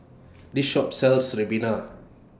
This Shop sells Ribena